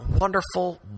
wonderful